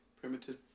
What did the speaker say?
primitive